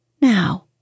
now